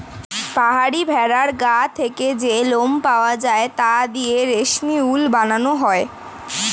পাহাড়ি ভেড়ার গা থেকে যে লোম পাওয়া যায় তা দিয়ে রেশমি উল বানানো হয়